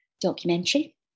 documentary